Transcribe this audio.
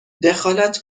دخالت